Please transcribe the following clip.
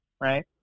Right